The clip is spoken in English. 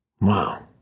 Wow